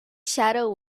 shadow